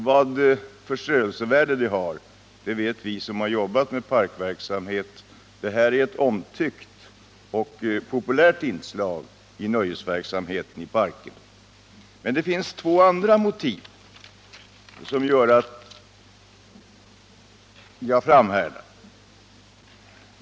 Vad förströelsevärde spelet har vet vi som har jobbat med parkverksamhet. Det är ett omtyckt inslag i nöjesverksamheten i parkerna. Men det finns också två andra motiv till att jag framhärdar.